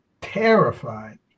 Terrified